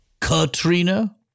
Katrina